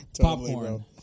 popcorn